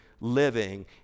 living